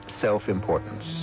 self-importance